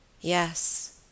Yes